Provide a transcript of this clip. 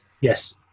Yes